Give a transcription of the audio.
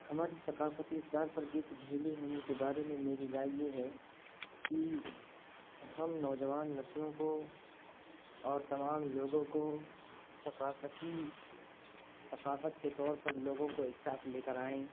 ہماری ثقافتی اقدار پر گرفت ڈھیلی ہونے کے بارے میں میری رائے یہ ہے کہ ہم نوجوان نسلوں کو اور تمام لوگوں کو ثقافتی ثقافت کے طور پر لوگوں کو ایک ساتھ لے کر آئیں